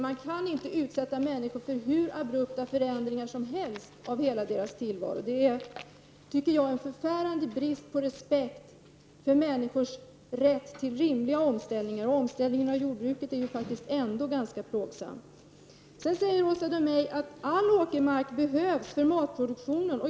Man kan inte utsätta människor för hur abrupta förändringar som helst av hela deras tillvaro. Det innebär en förfärande brist på respekt för människors rätt till rimliga omställningar, och omställningen av jordbruket är faktiskt ändå ganska plågsam. Sedan sade Åsa Domeij att all åkermark behövs för matproduktionen.